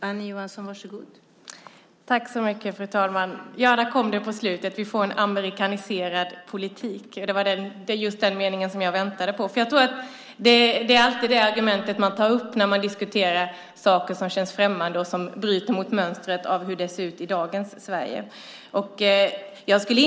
Fru talman! Där kom det på slutet: Vi får en amerikanisering av politiken. Det var den meningen jag väntade på. Det är alltid det argumentet man tar upp när man diskuterar sådant som känns främmande och som bryter mot hur det ser ut i dagens Sverige.